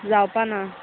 जावपा ना